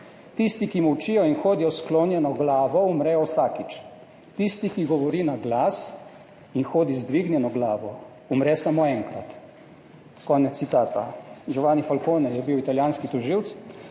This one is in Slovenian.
Tisti, ki molčijo in hodijo s sklonjeno glavo, umrejo vsakič, tisti, ki govori na glas in hodi z dvignjeno glavo, umre samo enkrat.« Konec citata. Giovanni Falcone je bil italijanski tožilec,